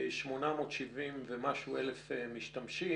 870 אלף ומשהו משתמשים.